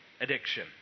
addiction